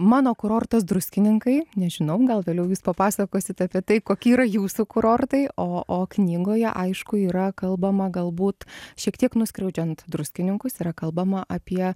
mano kurortas druskininkai nežinau gal vėliau jūs papasakosit apie tai kokie yra jūsų kurortai o o knygoje aišku yra kalbama galbūt šiek tiek nuskriaudžiant druskininkus yra kalbama apie